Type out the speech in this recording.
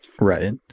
Right